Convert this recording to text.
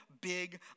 big